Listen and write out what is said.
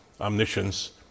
omniscience